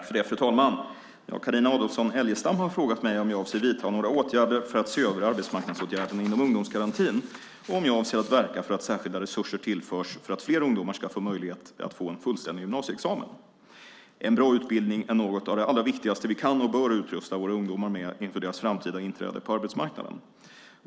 Fru talman! Carina Adolfsson Elgestam har frågat mig om jag avser att vidta några åtgärder för att se över arbetsmarknadsåtgärderna inom ungdomsgarantin och om jag avser att verka för att särskilda resurser tillförs för att fler ungdomar ska få möjlighet att få en fullständig gymnasieexamen. En bra utbildning är något av det allra viktigaste vi kan och bör utrusta våra ungdomar med inför deras framtida inträde på arbetsmarknaden.